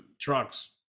trucks